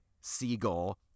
Seagull